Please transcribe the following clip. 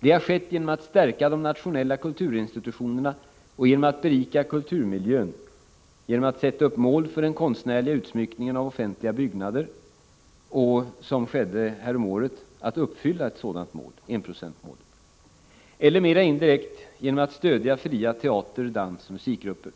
Det har skett genom att stärka de nationella kulturinstitutionerna och genom att berika kulturmiljön, t.ex. genom att sätta upp mål för den konstnärliga utsmyckningen av offentliga byggnader och uppfylla sådana mål — vilket skedde häromåret när det gäller enprocentsmålet — eller mer indirekt genom att stödja fria teater-, dansoch musikgrupper.